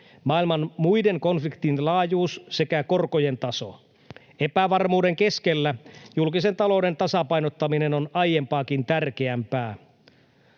maailman muiden konfliktien laajuus sekä korkojen taso. Epävarmuuden keskellä julkisen talouden tasapainottaminen on aiempaakin tärkeämpää.